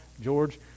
George